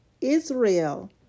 Israel